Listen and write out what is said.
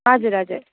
हजुर हजुर